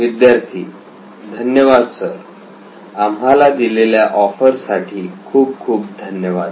विद्यार्थी धन्यवाद सर आम्हाला दिलेल्या ऑफर साठी खूप खूप धन्यवाद